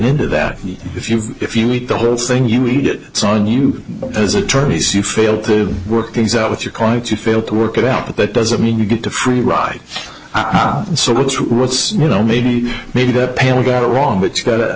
into that if you if you read the whole thing you read it it's on you as attorneys you fail to work things out with your client you fail to work it out but that doesn't mean you get a free ride so what's what's you know maybe maybe the pale got it wrong but you got